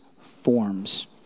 forms